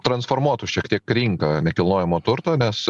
transformuotų šiek tiek rinką nekilnojamo turto nes